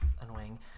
annoying